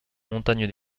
montagne